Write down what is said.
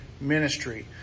ministry